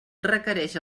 requereix